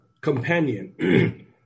companion